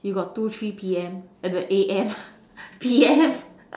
you got two three P_M A_M P_M